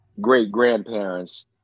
great-grandparents